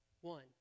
One